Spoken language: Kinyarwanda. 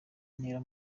intera